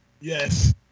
Yes